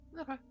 Okay